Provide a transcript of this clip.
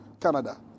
Canada